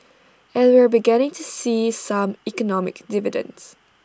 and we are beginning to see some economic dividends